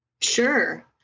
Sure